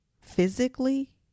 physically